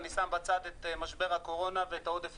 אני שם בצד את משבר הקורונה ואת עודף